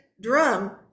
drum